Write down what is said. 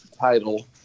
title